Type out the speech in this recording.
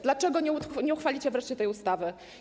Dlaczego nie uchwalicie wreszcie tej ustawy?